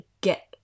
get